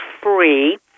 free